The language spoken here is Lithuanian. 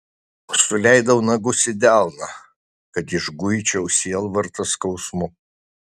suleidau nagus į delną kad išguičiau sielvartą skausmu